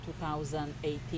2018